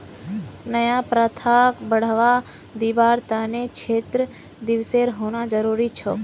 नया प्रथाक बढ़वा दीबार त न क्षेत्र दिवसेर होना जरूरी छोक